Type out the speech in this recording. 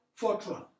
Fortran